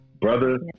Brother